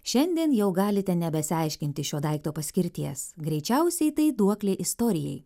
šiandien jau galite nebesiaiškinti šio daikto paskirties greičiausiai tai duoklė istorijai